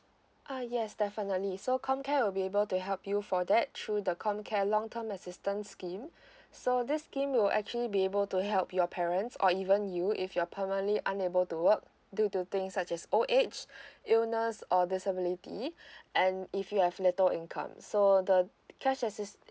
uh yes definitely so comcare will be able to help you for that through the comcare long term assistance scheme so this scheme will actually be able to help your parents or even you if you're permanently unable to work due to things such as old age illness or disability and if you have little income so the cash assist